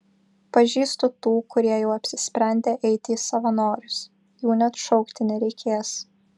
pažįstu tų kurie jau apsisprendę eiti į savanorius jų net šaukti nereikės